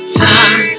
time